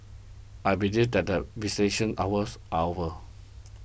I believe that the hours are over